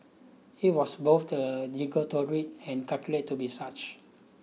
it was both the derogatory and calculate to be such